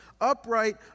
upright